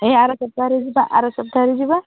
ଏଇ ଆର ସପ୍ତାହରେ ଯିବା ଆର ସପ୍ତାହରେ ଯିବା